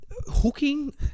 Hooking